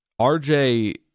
RJ